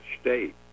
state